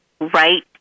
right